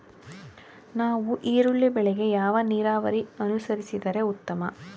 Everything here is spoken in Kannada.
ನಾವು ಈರುಳ್ಳಿ ಬೆಳೆಗೆ ಯಾವ ನೀರಾವರಿ ಅನುಸರಿಸಿದರೆ ಉತ್ತಮ?